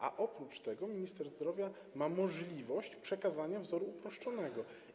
A oprócz tego minister zdrowia ma możliwość przekazania wzoru uproszczonego.